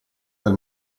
del